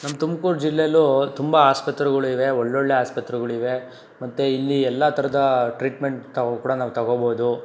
ನಮ್ಮ ತುಮಕೂರು ಜಿಲ್ಲೆಲೂ ತುಂಬ ಆಸ್ಪತ್ರೆಗಳಿವೆ ಒಳ್ಳೊಳ್ಳೆಯ ಆಸ್ಪತ್ರೆಗಳಿವೆ ಮತ್ತೆ ಇಲ್ಲಿ ಎಲ್ಲ ಥರದ ಟ್ರೀಟ್ಮೆಂಟ್ ತಾವು ಕೂಡ ನಾವು ತಗೋಬೋದು